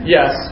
Yes